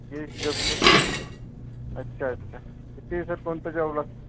बी S W अच्छा अच्छा तिथे सर कोणता जॉब लाग